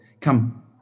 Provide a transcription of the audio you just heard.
come